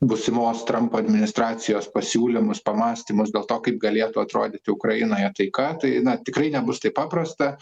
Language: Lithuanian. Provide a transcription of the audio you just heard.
būsimos trampo administracijos pasiūlymus pamąstymus dėl to kaip galėtų atrodyti ukrainoje taika tai na tikrai nebus taip paprasta